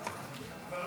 נתקבל.